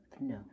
No